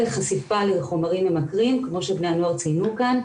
חשיפה לחומרים ממכרים כמו שבני הנוער ציינו כאן,